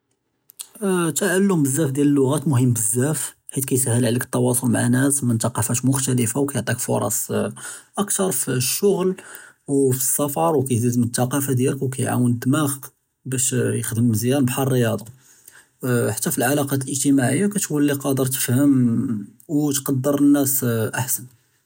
אה תַעַלֵּם בְּזַאף דִיַאל אֶלְלּוּغات מֻהִימּ בְּזַאף חֵית כּיִסַהֵל עְלַيك תְּתוּאוּל מַעַ נַאס מִן תַקַאוּפַאת מֻכְתַלִיפָה וּכּיַעְטִيك פֻּרְסַא אַכְתַּר פִּלְעַשַּׁל וְסַפַר וּכּיִזִיד מִן תַקַאפַת דִיַאלֶך וּכּיַעְוּן אֶלְדִּמַּאע בַּאש יִחְדַם מְזְיַאן בְּחֵאל אֶלְרִיاضة וְחַתּّى פִּלְעَلَاقַּאת אֶסְסִיַאסִיַּה כּתּוּלִי קַאדֵר תְּפְהַם וּתְקַדֵּר נַאס אַחְסַן.